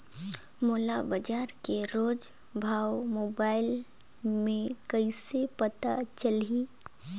मोला बजार के रोज भाव मोबाइल मे कइसे पता चलही?